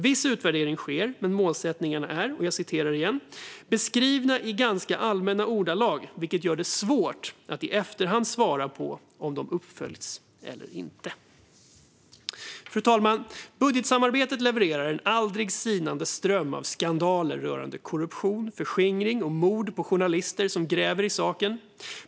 Viss utvärdering sker, men målsättningarna är enligt utredningstjänsten beskrivna i ganska allmänna ordalag, vilket gör det svårt att i efterhand svara på om de följts upp eller inte. Fru talman! Budgetsamarbetet levererar en aldrig sinande ström av skandaler rörande korruption, förskingring och mord på journalister som gräver i saken.